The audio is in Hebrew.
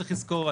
צריך לזכור,